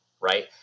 right